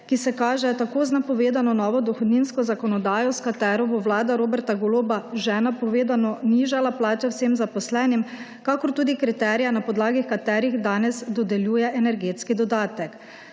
ki se kažejo tako z napovedano novo dohodninsko zakonodajo, s katero bo Vlada Roberta Goloba že napovedano nižala plače vsem zaposlenim, kakor tudi kriteriji, na podlagi katerih danes dodeljuje energetski dodatek.